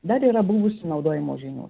dar yra buvusių naudojimo žymių